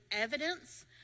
evidence